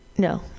No